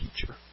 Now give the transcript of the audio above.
teacher